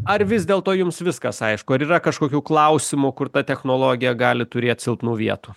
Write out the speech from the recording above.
ar vis dėlto jums viskas aišku ar yra kažkokių klausimų kur ta technologija gali turėt silpnų vietų